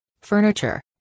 furniture